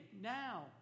now